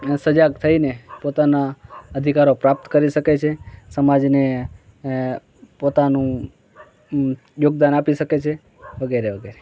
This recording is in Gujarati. સજાગ થઈને પોતાના અધિકારો પ્રાપ્ત કરી શકે છે સમાજને પોતાનું યોગદાન આપી શકે છે વગરે વગેરે